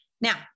Now